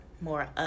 more